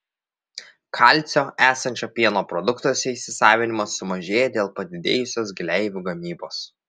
kalcio esančio pieno produktuose įsisavinimas sumažėja dėl padidėjusios gleivių gamybos